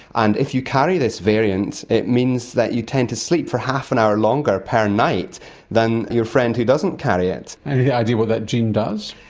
and if you carry this variant it means that you tend to sleep for half an hour longer per night than your friend who doesn't carry it. any idea what that gene does?